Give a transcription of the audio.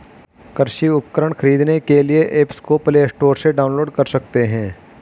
कृषि उपकरण खरीदने के लिए एप्स को प्ले स्टोर से डाउनलोड कर सकते हैं